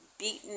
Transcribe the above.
Beaten